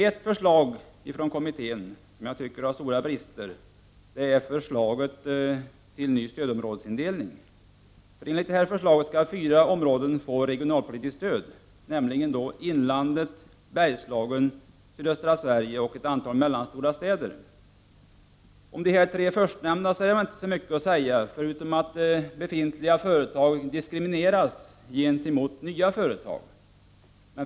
Ett kommitteförslag som jag tycker har stora brister är förslaget om ny stödområdesindelning. Enligt förslaget skall fyra områden få regionalpolitiskt stöd, nämligen inlandet, Bergslagen, sydöstra Sverige och ett antal mellanstora städer. Om de tre förstnämnda är väl inte mycket att säga, förutom att befintliga företag diskrimineras gentemot nya företag.